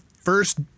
first